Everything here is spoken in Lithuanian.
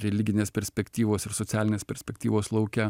religinės perspektyvos ir socialinės perspektyvos lauke